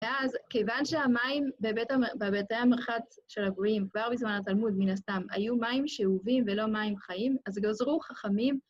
ואז, כיוון שהמים בבתי המרחץ של הגויים, כבר בזמן התלמוד, מן הסתם, היו מים שאובים ולא מים חיים, אז גזרו חכמים